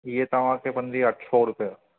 हीअ तव्हांखे पवंदी अठ सौ रुपिए